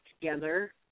together